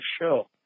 show